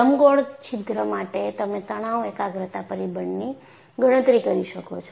લંબગોળ છિદ્ર માટે તમે તણાવ એકાગ્રતા પરિબળની ગણતરી કરી શકો છો